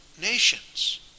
nations